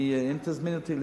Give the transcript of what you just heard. אם תזמין אותי,